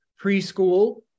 preschool